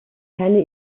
keine